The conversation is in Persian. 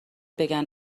بگن